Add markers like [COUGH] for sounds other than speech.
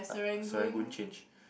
[NOISE] Serangoon change